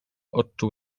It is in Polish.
odczuł